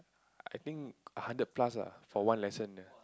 I think a hundred plus ah for one lesson